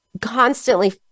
constantly